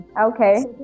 Okay